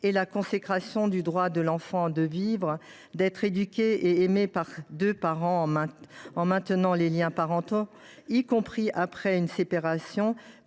et la consécration du droit de l’enfant de vivre, d’être éduqué et aimé par ses deux parents en maintenant les liens parentaux, y compris après une séparation,